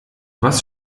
was